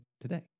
today